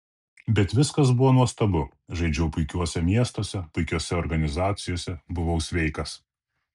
bet viskas buvo nuostabu žaidžiau puikiuose miestuose puikiose organizacijose buvau sveikas